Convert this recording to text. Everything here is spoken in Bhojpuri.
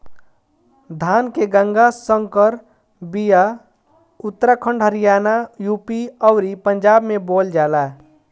धान के गंगा संकर बिया उत्तराखंड हरियाणा, यू.पी अउरी पंजाब में बोअल जाला